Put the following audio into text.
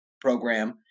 program